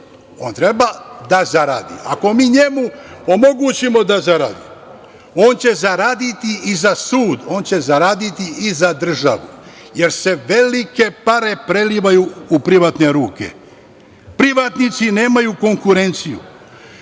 on treba da zaradi. Ako mi njemu omogućimo da zaradi, on će zaraditi i za sud, on će zaraditi i za državu, jer se velike pare prelivaju u privatne ruke. Privatnici nemaju konkurenciju,